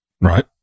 Right